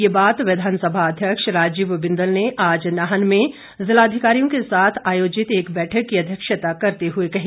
ये बात विधानसभा अध्यक्ष राजीव बिंदल ने आज नाहन में जिला अधिकारियों के साथ आयोजित एक बैठक की अध्यक्षता करते हुई कही